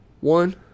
One